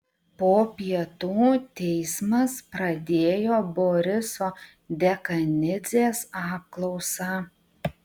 po pietų teismas pradėjo boriso dekanidzės apklausą